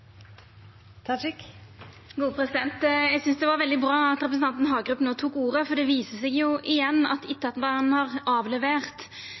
det var veldig bra at representanten Hagerup no tok ordet, for det viser seg jo igjen at